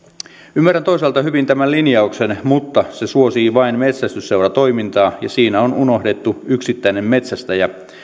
ymmärrän toisaalta hyvin tämän linjauksen mutta se suosii vain metsästysseuratoimintaa ja siinä on unohdettu yksittäinen metsästäjä